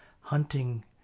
hunting